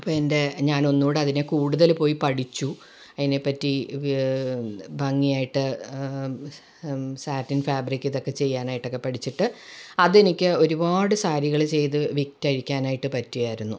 അപ്പം എൻ്റെ ഞാനൊന്നുംകൂടി കൂടുതൽ പോയി പഠിച്ചു അതിനെപ്പറ്റി ഭംഗിയായിട്ട് സാറ്റൻ ഫാബ്രിക് ഇതൊക്കെ ചെയ്യാനായിട്ടൊക്കെ പഠിച്ചിട്ട് അതെനിക്ക് ഒരുപാട് സാരികള് ചെയ്ത് വിറ്റഴിക്കാനായിട്ട് പറ്റിയായിരുന്നു